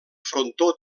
frontó